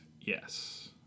yes